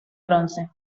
bronce